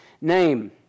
name